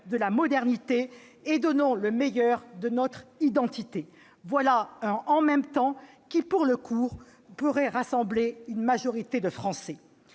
de la modernité et donnons le meilleur de notre identité : voilà un « en même temps » qui, pour le coup, pourrait rassembler une majorité de Français.